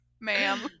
ma'am